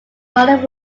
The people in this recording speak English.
morning